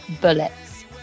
Bullets